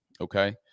okay